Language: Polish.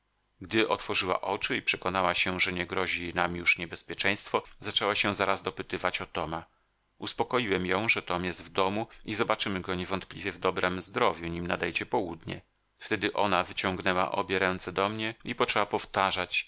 gdy otworzyła oczy i przekonała się że nie grozi nam już niebezpieczeństwo zaczęła się zaraz dopytywać o toma uspokoiłem ją że tom jest w domu i zobaczymy go niewątpliwie w dobrem zdrowiu nim nadejdzie południe wtedy ona wyciągnęła obie ręce do mnie i poczęła powtarzać